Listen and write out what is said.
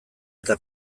eta